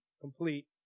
complete